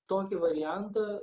tokį variantą